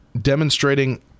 demonstrating